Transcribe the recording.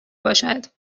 باشد